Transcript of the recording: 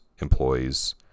employees